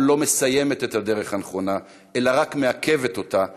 לא מסיימת את הדרך הנכונה אלא רק מעכבת אותה,